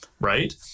Right